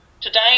Today